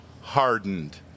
hardened